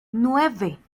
nueve